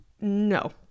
No